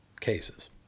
cases